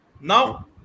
Now